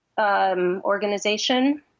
organization